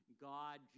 God